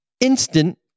instant